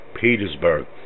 Petersburg